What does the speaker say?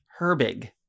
Herbig